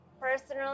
personally